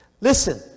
Listen